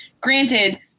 granted